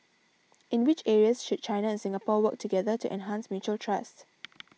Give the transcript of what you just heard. in which areas should China and Singapore work together to enhance mutual trust